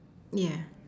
yeah